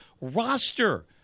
roster